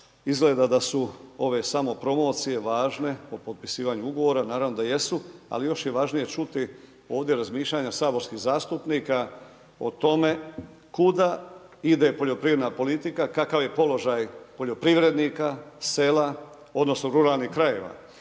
Izgleda da su ove samopromocije važne o potpisivanju ugovora, naravno da jesu ali još je važnije čuti ovdje razmišljanja saborskih zastupnika o tome kuda ide poljoprivredna politika, kakav je položaj poljoprivrednika, sela, odnosno ruralnih krajeva.